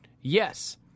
Yes